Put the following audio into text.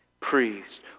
Priest